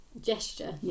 gesture